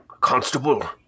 Constable